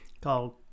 called